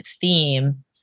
theme